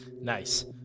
nice